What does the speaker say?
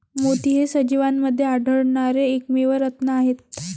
मोती हे सजीवांमध्ये आढळणारे एकमेव रत्न आहेत